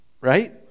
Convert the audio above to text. Right